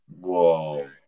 Whoa